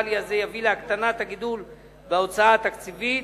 הפיסקלי הזה יביא להקטנת הגידול בהוצאה התקציבית.